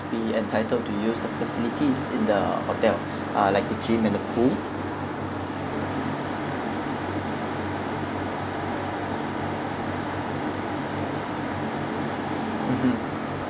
be entitled to use the facilities in the hotel uh like the gym and the pool mmhmm